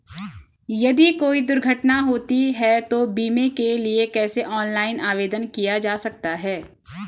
यदि कोई दुर्घटना होती है तो बीमे के लिए कैसे ऑनलाइन आवेदन किया जा सकता है?